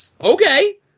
Okay